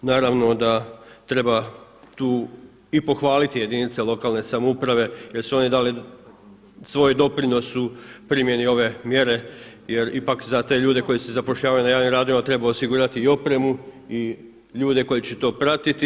Naravno da treba tu i pohvaliti jedinice lokalne samouprave jer su one dale svoj doprinos u primjeni ove mjere jer ipak za te ljude koji se zapošljavaju na javnim radovima treba osigurati i opremu i ljude koji će to pratiti.